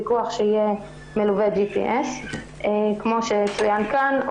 פיקוח שיהיה מלווה GPS. כמו שצוין כאן,